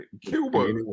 Cuba